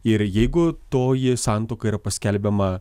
ir jeigu toji santuoka yra paskelbiama